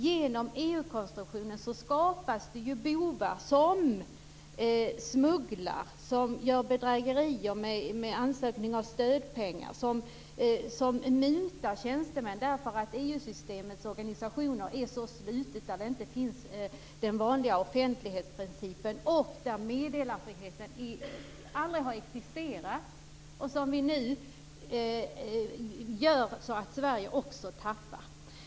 Genom EU-konstruktionen skapas det ju bovar som smugglar, begår bedrägerier vid ansökning av stödpengar och mutar tjänstemän därför att EU systemets organisationer är så slutna. Den vanliga offentlighetsprincipen finns inte där och meddelarfriheten har aldrig existerat. Nu gör vi så att Sverige också tappar detta.